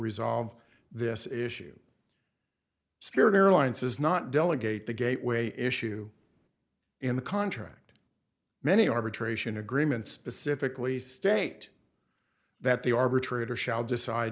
resolve this issue spirit airlines is not delegate the gateway issue in the contract many arbitration agreement specifically state that the arbitrator shall decide